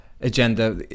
agenda